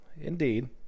Indeed